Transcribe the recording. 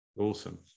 awesome